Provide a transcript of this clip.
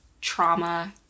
trauma